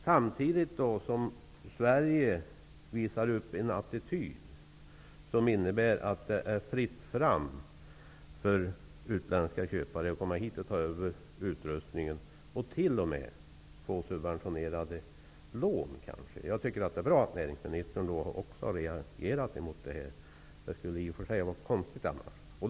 Samtidigt visar Sverige upp attityden att det är fritt fram för utländska köpare att komma till Sverige och ta över utrustning -- och kanske t.o.m. få subventionerade lån. Det är bra att också näringsministern har reagerat emot detta -- det skulle i och för sig vara konstigt annars.